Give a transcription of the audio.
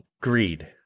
greed